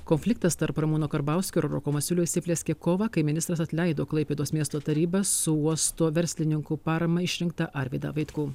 konfliktas tarp ramūno karbauskio ir roko masiulio įsiplieskė kovą kai ministras atleido klaipėdos miesto tarybą su uosto verslininkų parama išrinktą arvydą vaitkų